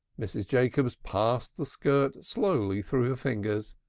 mrs. jacobs passed the skirt slowly through her fingers.